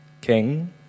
King